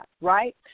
right